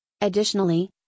Additionally